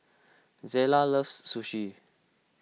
Zela loves Sushi